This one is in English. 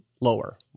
lower